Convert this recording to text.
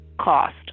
cost